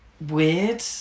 weird